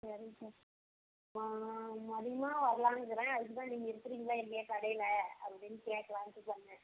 சரிங்கக்கா மதியமாக வரலாம்ன்னு இருக்கிறேன் அதுக்கு தான் நீங்கள் இருக்கிறீங்களா இல்லையா கடையில் அப்படின்னு கேட்கலான்ட்டு பண்ணேன்